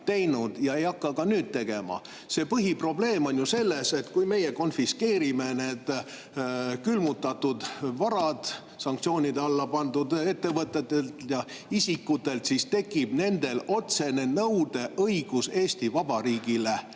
teinud ja ei hakka ka nüüd tegema –, vaid põhiprobleem on selles, et kui me konfiskeerime need külmutatud varad sanktsioonide alla pandud ettevõtetelt ja isikutelt, siis tekib neil otsene nõudeõigus Eesti Vabariigi